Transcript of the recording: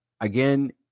again